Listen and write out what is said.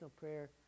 prayer